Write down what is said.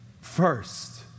first